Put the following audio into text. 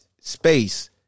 space